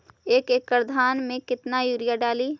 एक एकड़ धान मे कतना यूरिया डाली?